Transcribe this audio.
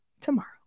tomorrow